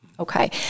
Okay